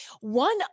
One